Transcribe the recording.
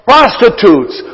Prostitutes